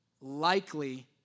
likely